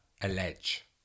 allege